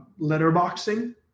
letterboxing